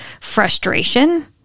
frustration